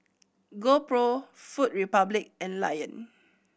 GoPro Food Republic and Lion